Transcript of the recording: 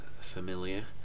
familiar